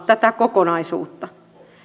tätä kokonaisuutta